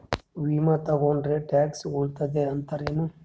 ವಿಮಾ ತೊಗೊಂಡ್ರ ಟ್ಯಾಕ್ಸ ಉಳಿತದ ಅಂತಿರೇನು?